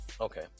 okay